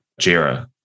JIRA